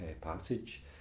passage